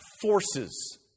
forces